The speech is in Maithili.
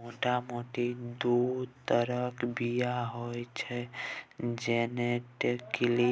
मोटा मोटी दु तरहक बीया होइ छै जेनेटिकली